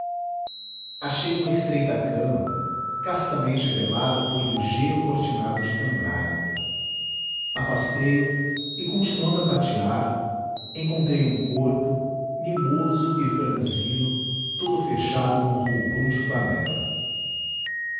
achei uma estreita cama castamente velada por ligeiro cortinado de cambraia afastei o e continuando a tatear encontrei um corpo mimoso e franzino todo fechado num roupão de flanela